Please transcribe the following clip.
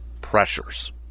pressures